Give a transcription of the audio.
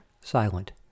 silent